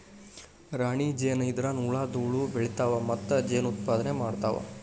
ರಾಣಿ ಜೇನ ಇದ್ರನ ಉಳದ ಹುಳು ಬೆಳಿತಾವ ಮತ್ತ ಜೇನ ಉತ್ಪಾದನೆ ಮಾಡ್ತಾವ